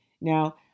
Now